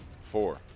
Four